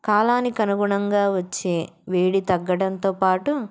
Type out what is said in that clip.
కాలానికి అనుగుణంగా వచ్చే వేడి తగ్గడంతో పాటు